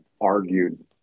argued